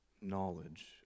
knowledge